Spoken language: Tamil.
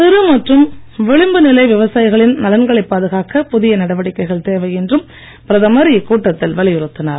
சிறு மற்றும் விளிம்புநிலை விவசாயிகளின் நலன்களைப் பாதுகாக்க புதிய நடவடிக்கைகள் தேவை என்றும் பிரதமர் இக்கூட்டத்தில் வலியுறுத்தினார்